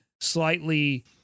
slightly